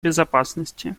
безопасности